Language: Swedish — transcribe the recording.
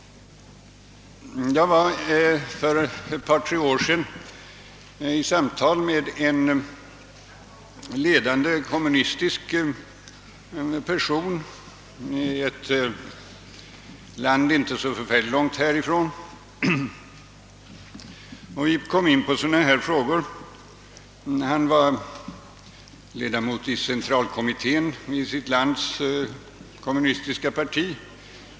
Jag hade för ett par, tre år sedan ett samtal med en ledande kommunist i ett land inte så särskilt långt härifrån, och vi kom in på sådana här frågor. Han var ledamot av centralkommittén i sitt lands kommunistiska parti.